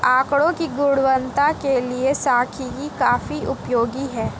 आकड़ों की गुणवत्ता के लिए सांख्यिकी काफी उपयोगी है